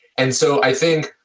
and so, i think,